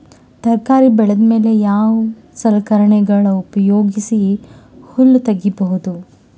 ತರಕಾರಿ ಬೆಳದ ಮೇಲೆ ಯಾವ ಸಲಕರಣೆಗಳ ಉಪಯೋಗಿಸಿ ಹುಲ್ಲ ತಗಿಬಹುದು?